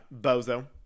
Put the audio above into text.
bozo